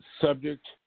subject